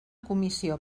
comissió